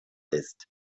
ist